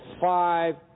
five